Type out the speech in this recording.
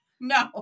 no